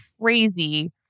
crazy